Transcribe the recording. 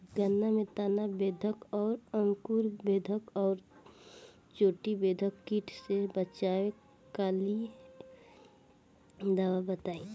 गन्ना में तना बेधक और अंकुर बेधक और चोटी बेधक कीट से बचाव कालिए दवा बताई?